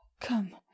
Come